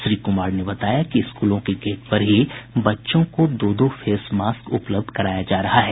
श्री कुमार ने बताया कि स्कूलों के गेट पर ही बच्चों को दो दो फेस मास्क उपलब्ध कराया जा रहा है